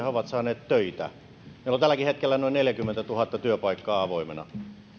ovat saaneet töitä meillä on tälläkin hetkellä noin neljäkymmentätuhatta työpaikkaa avoimena